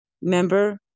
Remember